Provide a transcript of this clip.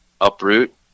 uproot